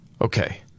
Okay